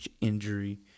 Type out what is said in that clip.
injury